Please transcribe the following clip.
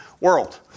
World